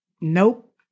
Nope